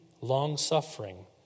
long-suffering